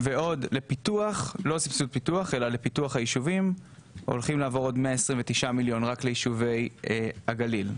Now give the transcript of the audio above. ועוד לפיתוח היישובים הולכים לעבור עוד 129 מיליון רק ליישובי הגליל.